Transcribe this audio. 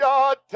God